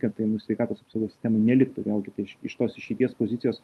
kad tai nu sveikatos apsaugos sistemoj neliktų vėlgi tai iš iš tos išeities pozicijos